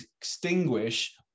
extinguish